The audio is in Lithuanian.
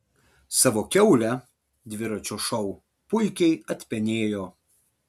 savo kiaulę dviračio šou puikiai atpenėjo